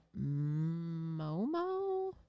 Momo